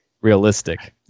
realistic